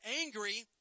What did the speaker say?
angry